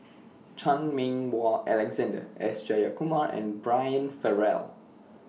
Chan Meng Wah Alexander S Jayakumar and Brian Farrell